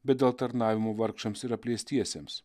bet dėl tarnavimo vargšams ir apleistiesiems